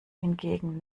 hingegen